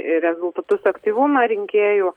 rezultatus aktyvumą rinkėjų